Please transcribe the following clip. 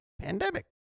pandemic